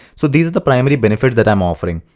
so these are the primary benefits that i'm offering.